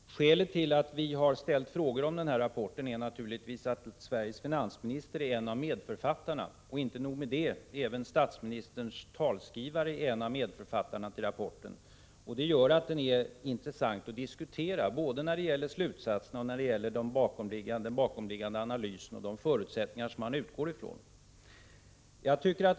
Herr talman! Skälet till att vi har ställt frågor om denna rapport är naturligtvis att Sveriges finansminister är en av medförfattarna. Det är inte nog med det, utan även statsministerns talskrivare är en annan av medförfattarna till rapporten. Detta gör att den är intressant att diskutera, både när det gäller slutsatserna och när det gäller den bakomliggande analysen och de förutsättningar som finansministern utgår från.